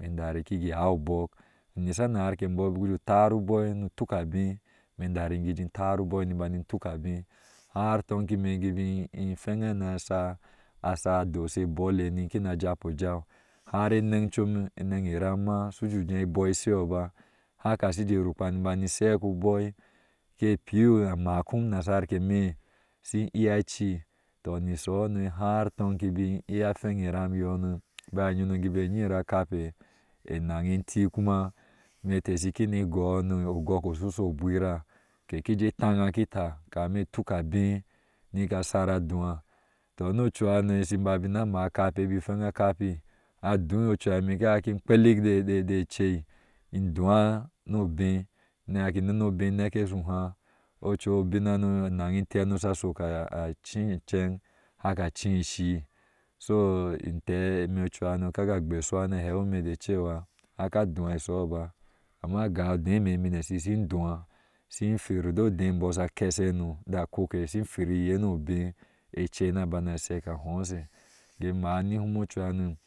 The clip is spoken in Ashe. in dari kiki hau obok nisha nasari ebɔɔ buku juu taar uboi nu tuk abee ime tari kijin taar uboi ni tuk abɛɛ lar tonki ime kibin hweŋe na sha doshe bole me nikina japo ojau har tonki shin iya a cii toh ni shoho no har tongi bi iya hweni iram iyono baya eyono kibe nyiyir a kappe enan eti kuma shikine gɔɔh no ogɔke susho gwira ke kije tarya ki taa, kame tuk abee nika tanan ki taa kame tuk abee nika shar adua toh ni ocuhano bi babina maa a kapi bin hweŋ a kapi aduui ocuha ine kin haki kpelik de cei in dua nu obɛɛ ni haki nene obɛɛ in neke sho ohaah ocu obin hano anaŋ eti hano sha shok a cii iceŋ haka cii shii so in tɛɛ ɛme ocuhano kaka gbeshuwa na hewime de cewa i haka duua ishoho ba amma ga ude eme mine shishin dua shin hwir do dee embɔɔ sha keshe no da koke shin hwir iye ni obɛe ecei na bane shek a hoshe ke maa ni bum o cuhano.